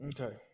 Okay